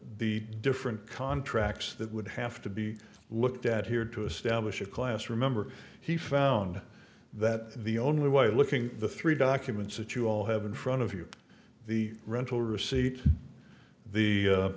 the different contracts that would have to be looked at here to establish a class remember he found that the only way of looking at the three documents that you all have in front of you the rental receipt